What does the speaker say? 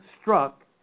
struck